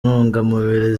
ntungamubiri